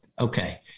Okay